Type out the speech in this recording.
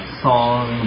song